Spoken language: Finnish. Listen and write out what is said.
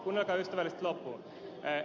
kuunnelkaa ystävällisesti loppuun